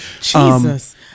jesus